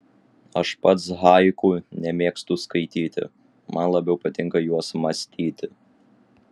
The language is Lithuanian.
aš pats haiku nemėgstu skaityti man labiau patinka juos mąstyti